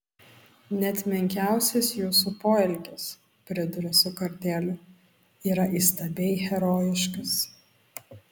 net menkiausias jūsų poelgis priduria su kartėliu yra įstabiai herojiškas